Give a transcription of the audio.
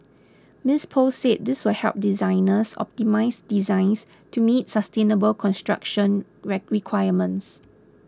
Miss Poh said this will help designers optimise designs to meet sustainable construction requirements